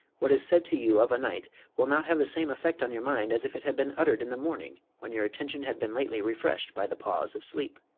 what is said to you of a night will not have the same effect on your mind as if it had been uttered in the morning when your attention had been lately refreshed by the pause of sleep.